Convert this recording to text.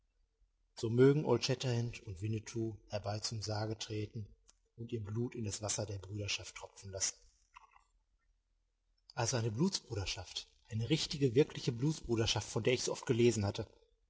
so mögen old shatterhand und winnetou herbei zum sarge treten und ihr blut in das wasser der brüderschaft tropfen lassen also eine blutsbruderschaft eine richtige wirkliche blutsbruderschaft von der ich so oft gelesen hatte